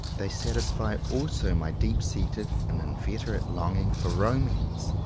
they satisfy also my deep-seated and inveterate longing for romance,